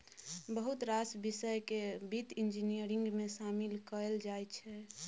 बहुत रास बिषय केँ बित्त इंजीनियरिंग मे शामिल कएल जाइ छै